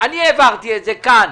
אני העברתי את זה כאן,